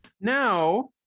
Now